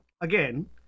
again